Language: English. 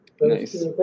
nice